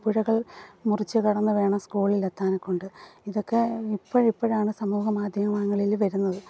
പുഴകൾ മുറിച്ച് കടന്ന് വേണം സ്കൂളിലെത്താനക്കൊണ്ട് ഇതൊക്കെ ഇപ്പോഴിപ്പോഴാണ് സമൂഹമാധ്യമങ്ങളിൽ വരുന്നത്